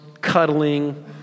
cuddling